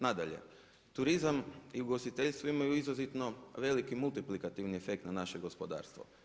Nadalje, turizam i ugostiteljstvo imaju izuzetno veliki multiplikativni efekt na naše gospodarstvo.